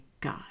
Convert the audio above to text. God